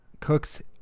Cooks